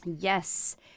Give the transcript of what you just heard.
Yes